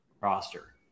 roster